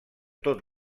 tot